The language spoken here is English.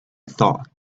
thought